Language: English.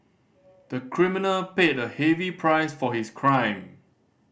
the criminal paid a heavy price for his crime